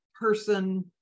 person